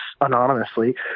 anonymously